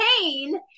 pain